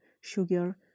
sugar